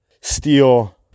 steal